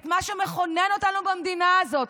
את מה שמכונן אותנו במדינה הזאת,